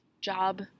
job